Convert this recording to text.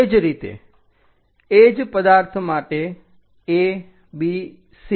તે જ રીતે એ જ પદાર્થ માટે A B C